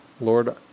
Lord